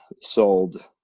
sold